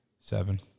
Seven